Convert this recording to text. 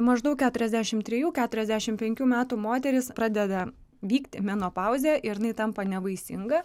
maždaug keturiasdešim trijų keturiasdešim penkių metų moterys pradeda vykti menopauzė ir jinai tampa nevaisinga